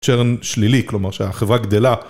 צ'רן שלילי, כלומר שהחברה גדלה.